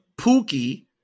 Pookie